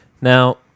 now